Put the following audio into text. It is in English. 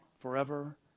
Forever